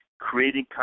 Creating